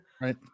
Right